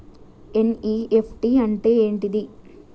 NEFT అంటే ఏంటిది?